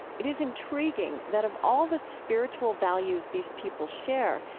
it is intriguing that of all the spiritual values these people share,